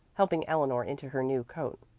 helping eleanor into her new coat.